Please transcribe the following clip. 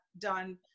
done